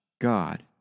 God